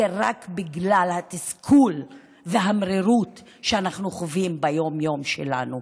זה רק בגלל התסכול והמרירות שאנחנו חווים ביום-יום שלנו.